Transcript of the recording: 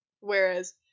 Whereas